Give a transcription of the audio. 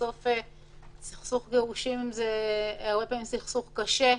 בסוף סכסוך גירושין זה הרבה פעמים סכסוך קשה,